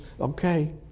Okay